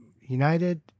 United